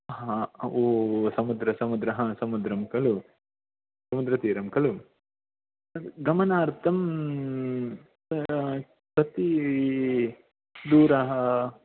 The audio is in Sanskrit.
हा ओ समुद्र समुद्र हा समुद्रं खलु समुद्रतीरं खलु गमनार्थं तत्र कति दूरम्